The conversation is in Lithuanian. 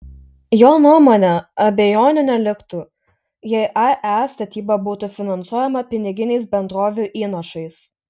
jo nuomone abejonių neliktų jei ae statyba būtų finansuojama piniginiais bendrovių įnašais